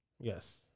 Yes